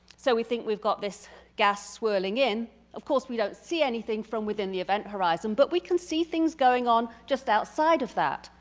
so we think we've got this gas swirling in. of course we don't see anything from within the event horizon, but we can see things going on just outside of that.